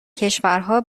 کشورها